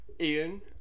Ian